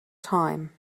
time